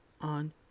on